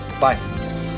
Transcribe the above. Bye